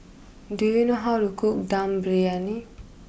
do you know how to cook Dum Briyani